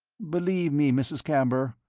believe me, mrs. camber,